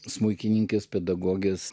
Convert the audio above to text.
smuikininkės pedagogės